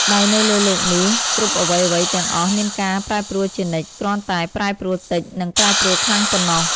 ដោយនៅលើលោកនេះគ្រប់អ្វីៗទាំងអស់មានការប្រែប្រួលជានិច្ច គ្រាន់តែប្រែប្រួលតិច និងប្រែប្រួលខ្លាំងប៉ុណ្តោះ។